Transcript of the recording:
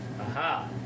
Aha